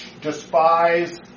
despise